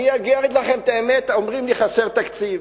אגיד לכם את האמת, אומרים לי: חסר תקציב.